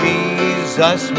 Jesus